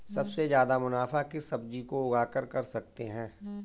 सबसे ज्यादा मुनाफा किस सब्जी को उगाकर कर सकते हैं?